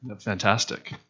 fantastic